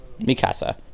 Mikasa